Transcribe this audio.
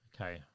Okay